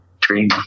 dream